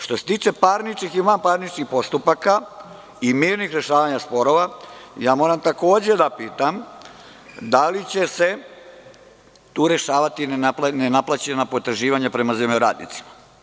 Što se tiče parničnih i vanparničnih postupaka i mirnih rešavanja sporova, moram takođe da pitam – da li će se tu rešavati nenaplaćena potraživanja prema zemljoradnicima?